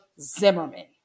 Zimmerman